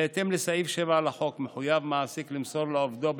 בהתאם לסעיף 7 לחוק מחויב מעסיק למסור לעובדו,